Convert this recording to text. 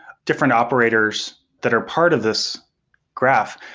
different operators that are part of this graph,